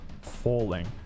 falling